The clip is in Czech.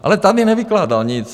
Ale tady nevykládal nic.